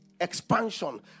expansion